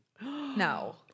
No